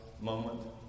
moment